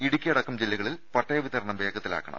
ഇടുക്കി അടക്കം ജില്ലകളിൽ പട്ടയ വിതരണം വേഗത്തിലാക്കണം